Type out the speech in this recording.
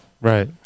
Right